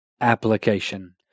application